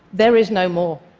there is no more.